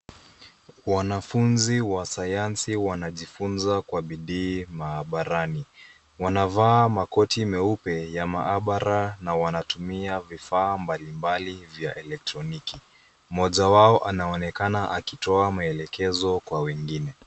Wanafunzi wa sayansi wanajifunza kwa bidii maabarani. Wanavaa makoti meupe ya maabara na wanatumia vifaa mbalimbali vya elektroniki. Mmoja wao anaonekana akitoa maelekezo kwa wengine.